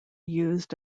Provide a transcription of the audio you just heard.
used